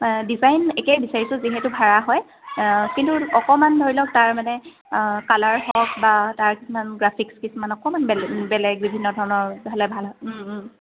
design একে বিচাৰিছোঁ যিহেতু ভাড়া হয় কিন্তু অকণমান ধৰি লওক তাৰ মানে কালাৰ হওক বা তাৰ কিছুমান গ্ৰাফিক্স কিছুমান অকণমান বে বেলেগ বিভিন্ন ধৰণৰ হ'লে ভাল হয়